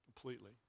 completely